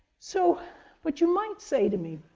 so but you might say to me,